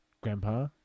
grandpa